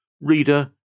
Reader